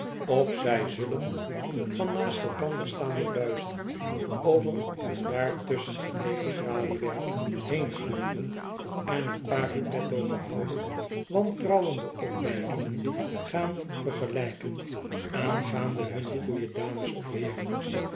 of zij zullen van naast elkander staande buizen over een daartusschen gelegen traliewerk heen gluren en een paar in petto gehouden wantrouwende opmerkingen gaan vergelijken aangaande hunne goeie dames of heeren